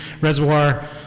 Reservoir